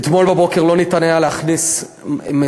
אתמול בבוקר לא ניתן היה להכניס משאיות